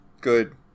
good